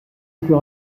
plus